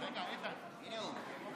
הינה הוא.